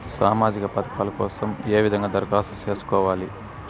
సామాజిక పథకాల కోసం ఏ విధంగా దరఖాస్తు సేసుకోవాలి